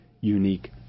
unique